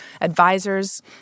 advisors